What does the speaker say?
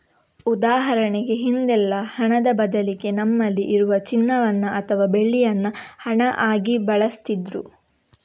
ಉದಾಹರಣೆಗೆ ಹಿಂದೆಲ್ಲ ಹಣದ ಬದಲಿಗೆ ನಮ್ಮಲ್ಲಿ ಇರುವ ಚಿನ್ನವನ್ನ ಅಥವಾ ಬೆಳ್ಳಿಯನ್ನ ಹಣ ಆಗಿ ಬಳಸ್ತಿದ್ರು